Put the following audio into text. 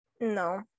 No